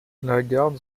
lagarde